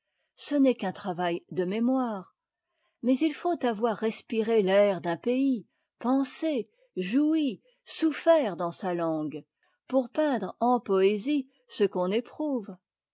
ce n'est qu'un travail de mémoire mais supprimé par la censure il faut avoir respiré l'air d'un pays pensé joui souffert dans sa langue pour peindre en poésie ce qu'on éprouve